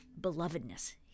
belovedness